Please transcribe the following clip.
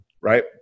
Right